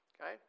Okay